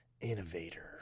innovator